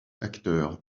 acteur